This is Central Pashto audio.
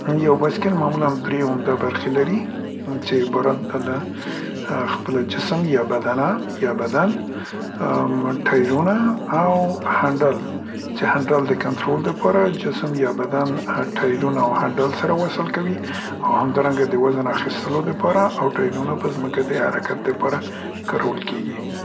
یو بایسکل معمولاً دری عمده برخې لري، څې عبارت ده له خپله جسم یا بدنه یا بدن، ام ټایرونه او هنډل چې هنډل د کنترول دپاره، جسم یا بدن ټایرونه او هنډل سره وصل کوي او همدارنګه د وزن د اخیستلو دپاره او ټایرونه په ځمکه د حرکت دپاره کارول کیږي.